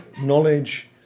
knowledge